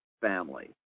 family